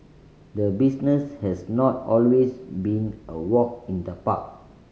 the business has not always been a walk in the park